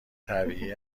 طبیعی